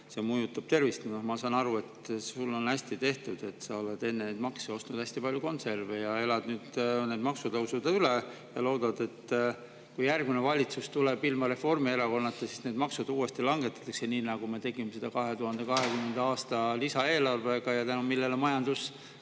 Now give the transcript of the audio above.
see mõjutab tervist. Ma saan aru, et sul on hästi: sa oled enne neid makse ostnud [kokku] hästi palju konserve ja elad nüüd need maksutõusud üle ning loodad, et kui järgmine valitsus tuleb ilma Reformierakonnata, siis need maksud uuesti langetatakse, nii nagu me tegime seda 2020. aasta lisaeelarvega ja tänu millele majandus